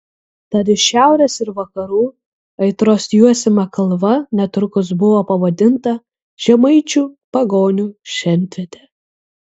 tad iš šiaurės ir vakarų aitros juosiama kalva netrukus buvo pavadinta žemaičių pagonių šventviete